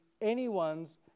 anyone's